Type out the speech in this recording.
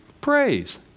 praise